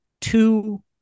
two